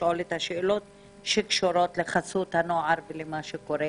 לשאול את השאלות שקשורות לחסות הנוער ולמה שקורה